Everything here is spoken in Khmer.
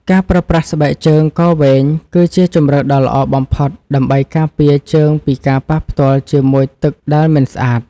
ការប្រើប្រាស់ស្បែកជើងកវែងគឺជាជម្រើសដ៏ល្អបំផុតដើម្បីការពារជើងពីការប៉ះពាល់ជាមួយទឹកដែលមិនស្អាត។